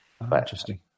Interesting